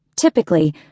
typically